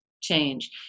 change